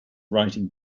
writing